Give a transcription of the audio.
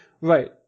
Right